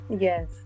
Yes